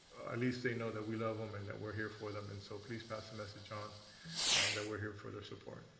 at least they know that we love them and that we're here for them, and so please pass the message on that we're here for their support.